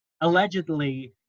Allegedly